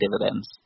dividends